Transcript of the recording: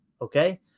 Okay